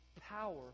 power